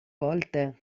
volte